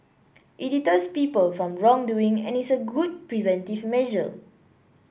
it deters people from wrongdoing and is a good preventive measure